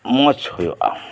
ᱢᱚᱸᱡᱽ ᱦᱩᱭᱩᱜᱼᱟ